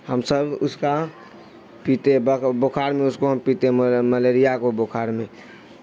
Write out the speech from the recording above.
ہم سب اس کا پیتے بخار میں اس کو ہم پیتے ہیں ملیریا کو بخار میں